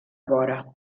vora